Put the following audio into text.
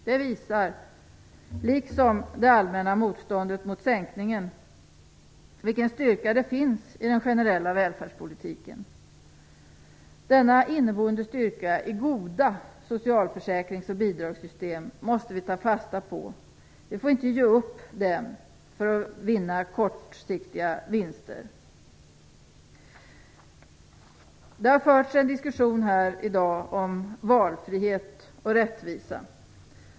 Det visar, liksom det allmänna motståndet mot sänkningen, vilken styrka det finns i den generella välfärdspolitiken. Denna inneboende styrka i goda socialförsäkrings och bidragssystem måste vi ta fasta på. Vi får inte ge upp dem för att vinna kortsiktiga vinster. Det har förts en diskussion här i dag om valfrihet och rättvisa.